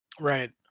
Right